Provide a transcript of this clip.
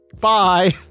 Bye